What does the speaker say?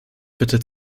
bitte